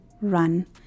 run